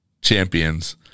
champions